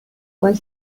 while